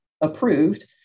approved